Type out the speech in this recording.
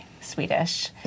Swedish